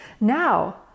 now